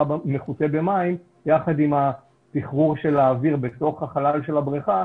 במים יחד עם הסחרור של האוויר בתוך החלל של הבריכה,